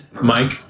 Mike